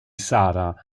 sarah